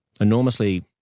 enormously